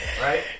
right